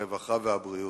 הרווחה והבריאות.